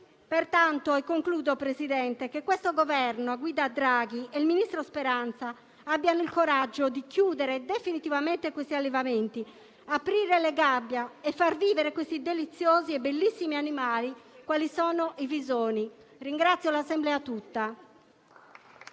signor Presidente, auspico che questo Governo a guida Draghi e il ministro Speranza abbiano il coraggio di chiudere definitivamente questi allevamenti, aprire le gabbie e far vivere quei deliziosi e bellissimi animali quali sono i visoni.